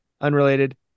unrelated